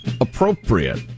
appropriate